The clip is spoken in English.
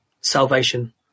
Salvation